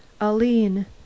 Aline